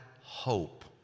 hope